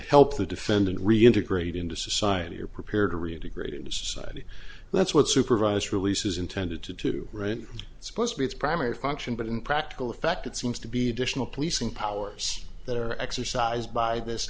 help the defendant reintegrate into society or prepared to reintegrate into society that's what supervised release is intended to to write supposed to be its primary function but in practical effect it seems to be additional policing powers that are exercised by this